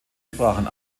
sprachen